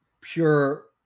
pure